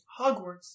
Hogwarts